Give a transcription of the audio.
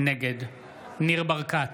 נגד ניר ברקת,